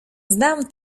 znam